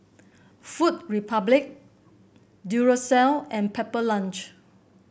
Food Republic Duracell and Pepper Lunch